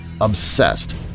Obsessed